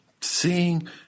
seeing